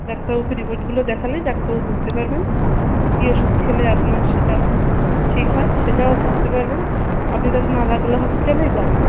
ডাক্তারবাবুকে রিপোর্টগুলো দেখালেই ডাক্তারবাবু বুঝতে পারবেন কী ওষুধ খেলে আপনার সেটা ঠিক হয় সেটাও বুঝতে পারবেন আপনি তাহলে নালাগোলা হসপিটালেই যাবেন